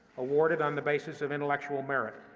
awarded on the basis of intellectual merit,